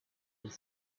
with